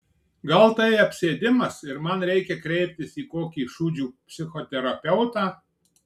gal tai apsėdimas ir man reikia kreiptis į kokį šūdžių psichoterapeutą